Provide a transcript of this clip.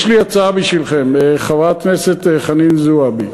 יש לי הצעה בשבילכם, חברת הכנסת חנין זועבי.